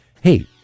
Hey